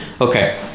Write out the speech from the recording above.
Okay